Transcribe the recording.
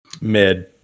mid